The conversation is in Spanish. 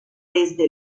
desde